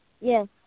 Yes